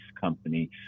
company